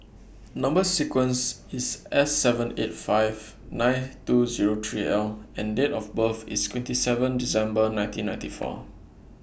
Number sequence IS S seven eight five nine two Zero three L and Date of birth IS twenty seven December nineteen ninety four